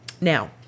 now